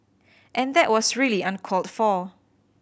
and that was really uncalled for